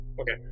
Okay